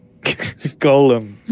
golem